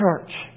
church